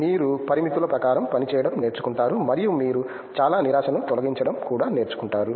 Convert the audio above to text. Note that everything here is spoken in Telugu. మీరు పరిమితుల ప్రకారం పనిచేయడం నేర్చుకుంటారు మరియు మీరు చాలా నిరాశను తొలగించడం కూడా నేర్చుకుంటారు